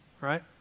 right